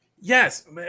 yes